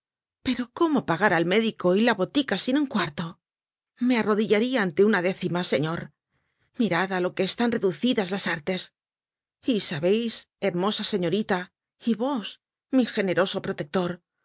pero cómo pagar al médico y la botica sin un cuarto me arrodillaria ante una décima señor mirad á lo que están reducidas las artes y sabeis hermosa señorita y vos mi generoso prolector